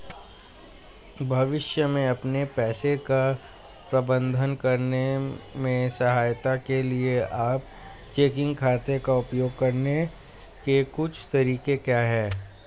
भविष्य में अपने पैसे का प्रबंधन करने में सहायता के लिए आप चेकिंग खाते का उपयोग करने के कुछ तरीके क्या हैं?